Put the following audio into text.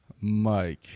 mike